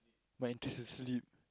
my interest is sleep